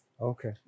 okay